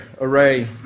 array